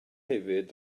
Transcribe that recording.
hefyd